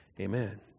Amen